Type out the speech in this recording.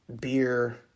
beer